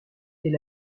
est